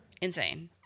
insane